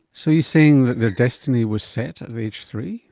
so are you saying that their destiny was set at age three?